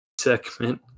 segment